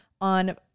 on